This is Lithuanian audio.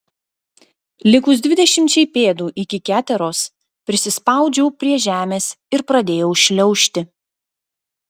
likus dvidešimčiai pėdų iki keteros prisispaudžiau prie žemės ir pradėjau šliaužti